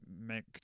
make